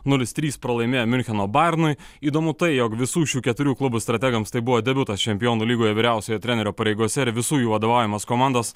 nulis trys pralaimėjo miuncheno bajernui įdomu tai jog visų šių keturių klubų strategams tai buvo debiutas čempionų lygoje vyriausiojo trenerio pareigose ir visų jų vadovaujamos komandos